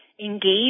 engage